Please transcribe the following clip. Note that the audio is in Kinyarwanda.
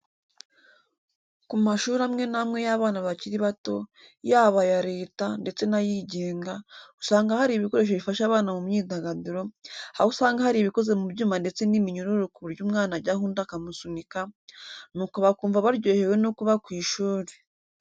Ku mashuri amwe n'amwe y'abana bakiri bato, yaba aya Leta ndetse n'ayigenga, usanga hari ibikoresho bifasha abana mu myidagaduro, aho usanga hari ibikoze mu byuma ndetse n'iminyururu ku buryo umwana ajyaho undi akamusunika, nuko bakumva baryohewe no kuba ku ishuri.